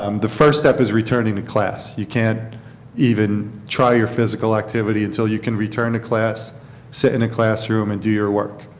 um the first step is returning to class. you can't even try your physical activity until you can return to class and sit in a classroom and do your work.